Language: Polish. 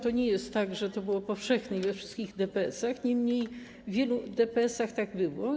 To nie jest tak, że to było powszechne i we wszystkich DPS-ach, niemniej w wielu DPS-ach tak było.